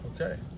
okay